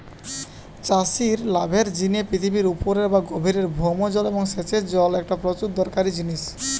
চাষির লাভের জিনে পৃথিবীর উপরের বা গভীরের ভৌম জল এবং সেচের জল একটা প্রচুর দরকারি জিনিস